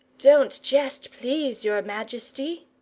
don't jest, please your majesty.